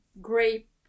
grape